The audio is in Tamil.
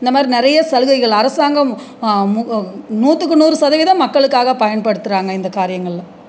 இந்த மாதிரி நிறைய சலுகைகள் அரசாங்கம் நூற்றுக்கு நூறு சதவீதம் மக்களுக்காக பயன்படுத்துகிறாங்க இந்த காரியங்களில்